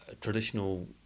traditional